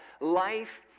Life